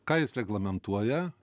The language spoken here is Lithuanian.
ką jis reglamentuoja